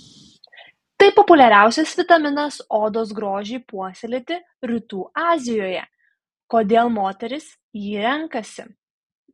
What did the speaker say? tai populiariausias vitaminas odos grožiui puoselėti rytų azijoje kodėl moterys jį renkasi